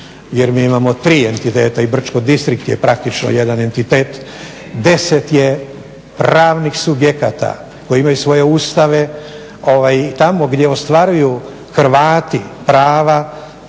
jer mi imamo tri entiteta i Brčko distrikt je praktično jedan entitet. 10 je pravnih subjekata koji imaju svoje ustave i tamo gdje ostvaruju Hrvati prava,